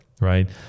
right